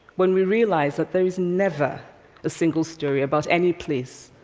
when we realize that there is never a single story about any place,